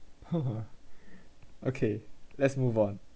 okay let's move on